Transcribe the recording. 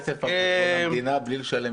מרוויחים כסף על חשבון המדינה בלי לשלם מיסים.